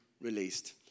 released